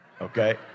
okay